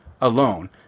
alone